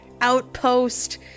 outpost